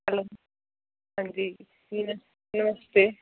hello हांजी नमस्ते